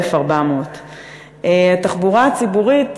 1,400. התחבורה הציבורית,